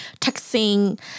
texting